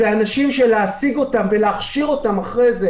זה אנשים שלהשיג ולהכשיר אחרי זה,